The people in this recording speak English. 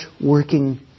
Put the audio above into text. working